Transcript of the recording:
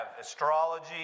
astrology